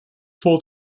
for